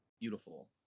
Beautiful